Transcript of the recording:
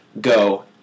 go